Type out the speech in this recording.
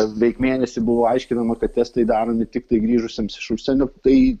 beveik mėnesį buvo aiškinama kad testai daromi tiktai grįžusiems iš užsienio tai